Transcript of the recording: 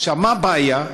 מה הבעיה?